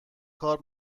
کار